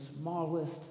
smallest